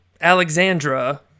Alexandra